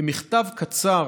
במכתב קצר